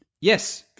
yes